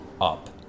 up